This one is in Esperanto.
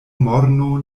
morno